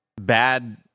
bad